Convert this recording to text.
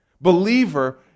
Believer